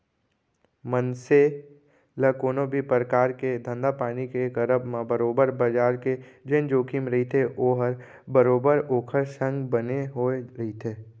मनसे ल कोनो भी परकार के धंधापानी के करब म बरोबर बजार के जेन जोखिम रहिथे ओहा बरोबर ओखर संग बने होय रहिथे